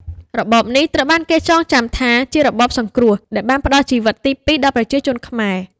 របបនេះត្រូវបានគេចងចាំថាជា "របបសង្គ្រោះ" ដែលបានផ្ដល់ជីវិតទីពីរដល់ប្រជាជនខ្មែរ។